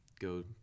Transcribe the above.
Go